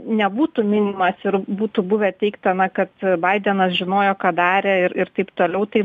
nebūtų minimas ir būtų buvę teigta na kad baidenas žinojo ką darė ir ir taip toliau tai